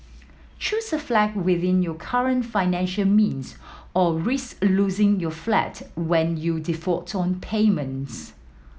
choose a flat within your current financial means or risk losing your flat when you default on payments